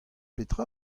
petra